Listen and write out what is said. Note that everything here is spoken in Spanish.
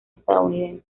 estadounidense